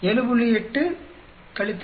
8 7